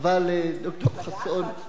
אבל ד"ר חסון,